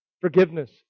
forgiveness